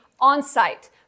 on-site